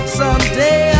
someday